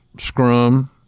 scrum